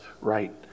right